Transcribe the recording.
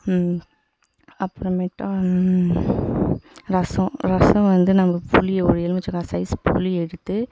அப்பறமேட்டா ரசம் ரசம் வந்து நம்ம புளியை ஒரு எலுமிச்சைக்கா சைஸ் புளியை எடுத்து